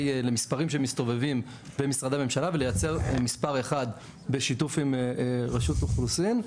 שמסתובבים במשרדי הממשלה ולייצר מספר אחד בשיתוף עם רשות אוכלוסין.